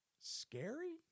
Scary